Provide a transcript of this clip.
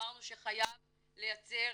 אמרנו שחייב לייצר